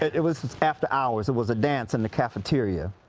it it was after hours, it was a dance in the cafeteria,